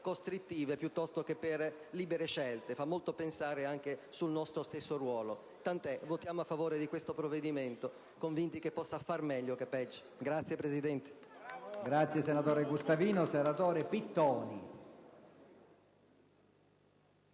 costrittive piuttosto che per libere scelte; fa molto pensare anche sul nostro stesso ruolo, ma tant'è. Votiamo quindi a favore di questo provvedimento, convinti che possa far meglio che peggio. *(Applausi